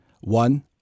One